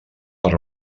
per